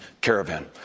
Caravan